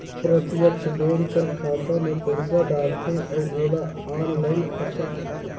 प्रत्यक्छ बेंक कर खाता में पइसा डालथे अउ ओला आनलाईन खरचा करथे